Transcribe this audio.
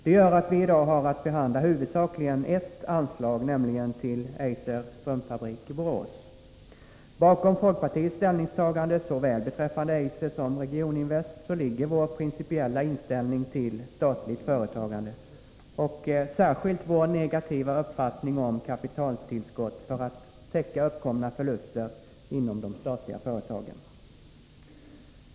Detta gör att vi i dag har att behandla huvudsakligen ett anslag, nämligen till Eisers strumpfabrik i Borås. Bakom folkpartiets ställningstagande såväl beträffande Eiser som beträffande Regioninvest ligger vår principiella inställning till staligt företagande och särskilt vår negativa uppfattning om kapitaltillskott för att täcka uppkomna förluster inom de statliga företagen.